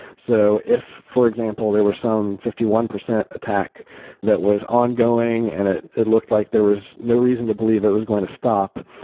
so if, for example, there were some fifty one percent attack that was ongoing and it it looked like there was no reason to believe it was going to stop,